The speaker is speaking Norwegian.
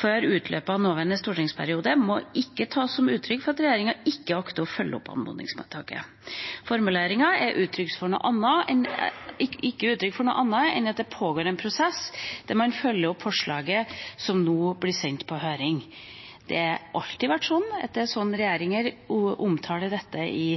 før utløpet av nåværende stortingsperiode, må ikke tas som uttrykk for at regjeringa ikke akter å følge opp anmodningsvedtaket. Formuleringene er ikke uttrykk for noe annet enn at det pågår en prosess der man følger opp forslaget, som nå blir sendt på høring. Det har alltid vært sånn at regjeringer omtaler dette i